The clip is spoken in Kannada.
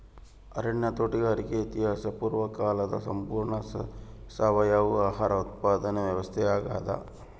ಅರಣ್ಯ ತೋಟಗಾರಿಕೆ ಇತಿಹಾಸ ಪೂರ್ವಕಾಲದ ಸಂಪೂರ್ಣ ಸಾವಯವ ಆಹಾರ ಉತ್ಪಾದನೆ ವ್ಯವಸ್ಥಾ ಆಗ್ಯಾದ